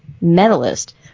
medalist